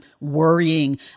worrying